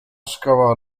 szkoła